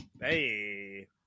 Hey